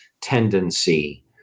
tendency